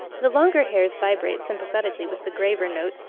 the longer hairs vibrate sympathetically with the graver notes,